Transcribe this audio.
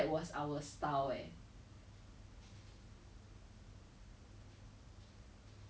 勇敢的去往前走